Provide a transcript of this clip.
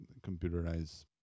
computerized